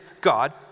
God